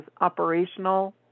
operational